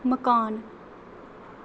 मकान